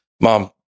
mom